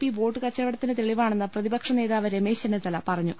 P vote കച്ചവടത്തിന്റെ തെളിവാണെന്ന് പ്രതിപക്ഷ നേതാവ് രമേശ് ചെന്നിത്തല പറ്ഞ്ഞു